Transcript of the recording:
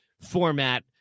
format